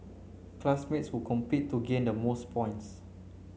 classmates would compete to gain the most points